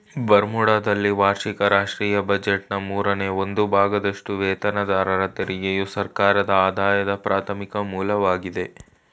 ಬರ್ಮುಡಾದಲ್ಲಿ ವಾರ್ಷಿಕ ರಾಷ್ಟ್ರೀಯ ಬಜೆಟ್ನ ಮೂರನೇ ಒಂದು ಭಾಗದಷ್ಟುವೇತನದಾರರ ತೆರಿಗೆಯು ಸರ್ಕಾರದಆದಾಯದ ಪ್ರಾಥಮಿಕ ಮೂಲವಾಗಿದೆ